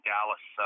Dallas